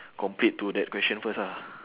complete to that question first ah